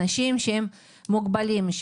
אנשים מוגבלים,